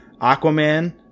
aquaman